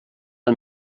ein